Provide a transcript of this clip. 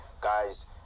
Guys